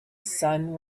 sun